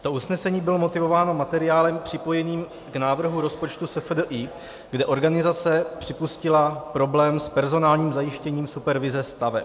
To usnesení bylo motivováno materiálem připojeným k návrhu rozpočtu SFDI, kde organizace připustila problém s personálním zajištěním supervize staveb.